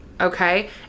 Okay